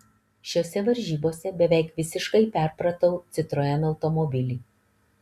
šiose varžybose beveik visiškai perpratau citroen automobilį